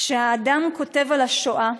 כשהאדם כותב על השואה,